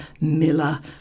Miller